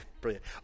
brilliant